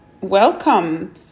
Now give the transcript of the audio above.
welcome